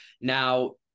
Now